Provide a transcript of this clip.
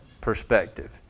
perspective